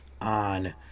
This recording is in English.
on